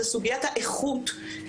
היא סוגיית האיכות.